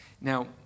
Now